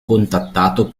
contattato